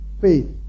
faith